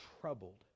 troubled